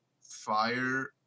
fire